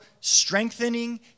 strengthening